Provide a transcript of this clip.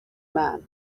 man